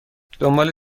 دنبال